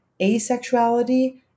asexuality